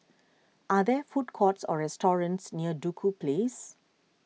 are there food courts or restaurants near Duku Place